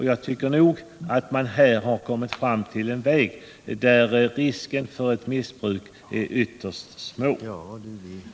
Jag anser att man här har kommit fram till en lösning där riskerna för missbruk är ytterst små.